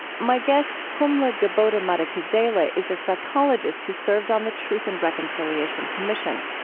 my guest, pumla gobodo-madikizela, is a psychologist who served on the truth and reconciliation commission.